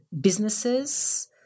businesses